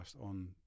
on